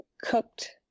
cooked